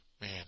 man